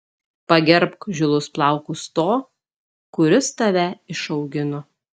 pagerbk žilus plaukus to kuris tave išaugino